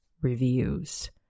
reviews